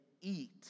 eat